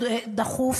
דחוף,